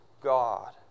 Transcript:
God